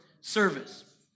service